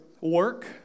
work